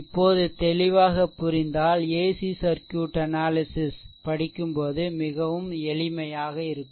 இப்போது தெளிபடிக்கும்போது மிகவும் எளிமையாக இருக்கும்